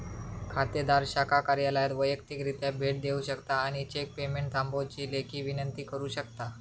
खातोदार शाखा कार्यालयात वैयक्तिकरित्या भेट देऊ शकता आणि चेक पेमेंट थांबवुची लेखी विनंती करू शकता